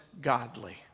godly